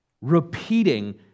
repeating